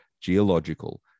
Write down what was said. geological